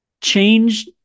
change